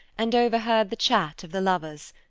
and overheard the chat of the lovers.